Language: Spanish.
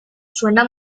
suena